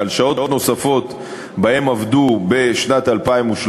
על שעות נוספות שהם עבדו בשנת 2013,